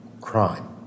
crime